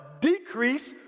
decrease